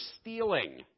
stealing